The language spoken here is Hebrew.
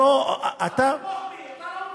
זו, אתה, תתמוך בי.